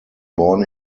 born